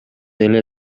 эле